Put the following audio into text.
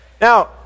Now